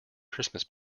christmas